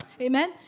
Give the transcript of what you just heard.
Amen